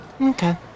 Okay